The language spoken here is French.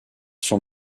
sont